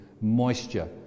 moisture